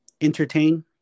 entertain